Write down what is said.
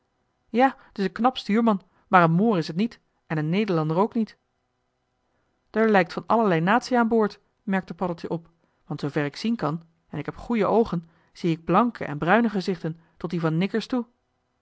ja t is een knap stuurman maar een moor is t niet en een nederlander ook niet d'r lijkt van allerlei natie aan boord merkte paddeltje op want zoover ik zien kan en k heb goeie oogen zie ik blanke en bruine gezichten tot die van nikkers toe